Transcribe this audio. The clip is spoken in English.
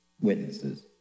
witnesses